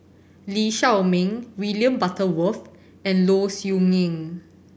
Lee Shao Meng William Butterworth and Low Siew Nghee